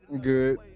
good